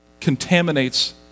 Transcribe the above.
contaminates